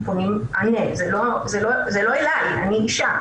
אם פונים "ענה" זה לא נראה לי, אני אישה.